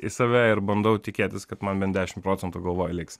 į save ir bandau tikėtis kad man bent dešimt procentų galvoj liks